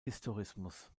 historismus